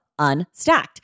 Unstacked